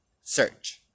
search